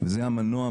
זה המנוע,